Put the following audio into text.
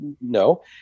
no